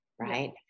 right